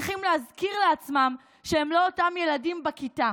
הם צריכים להזכיר לעצמם שהם לא אותם ילדים בכיתה.